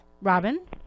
Robin